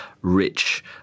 rich